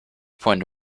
point